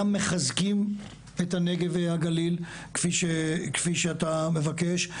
מחזקים את הנגב והגליל כפי שאתה מבקש,